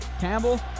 Campbell